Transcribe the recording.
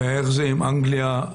ואיך זה עם אנגלייה?